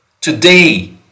Today